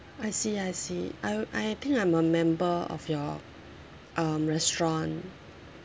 I see I see I I think I'm a member of your um restaurant